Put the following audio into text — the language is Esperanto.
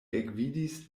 ekvidis